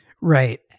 Right